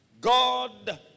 God